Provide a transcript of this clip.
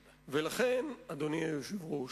ולכן, אדוני היושב-ראש,